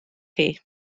chi